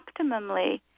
optimally